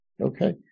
Okay